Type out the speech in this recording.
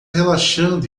relaxando